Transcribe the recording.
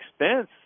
expense